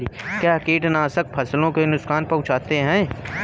क्या कीटनाशक फसलों को नुकसान पहुँचाते हैं?